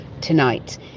tonight